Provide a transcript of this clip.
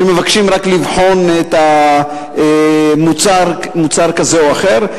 שמבקשים רק לבחון מוצר כזה או אחר.